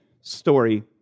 story